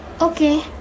Okay